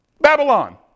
Babylon